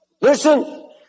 Listen